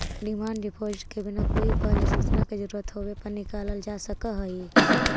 demand deposit के बिना कोई पहिले सूचना के जरूरत होवे पर निकालल जा सकऽ हई